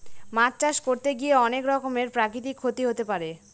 মাছ চাষ করতে গিয়ে অনেক রকমের প্রাকৃতিক ক্ষতি হতে পারে